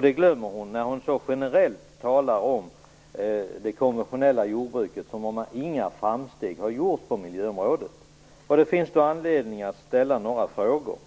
Det glömmer hon när hon så generellt talar om det konventionella jordbruket som om inga framsteg har gjorts på miljöområdet. Det finns anledning att ställa några frågor.